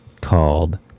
called